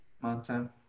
Mountain